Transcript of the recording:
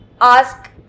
ask